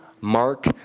Mark